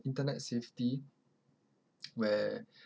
internet safety where